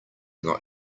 not